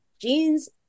Jeans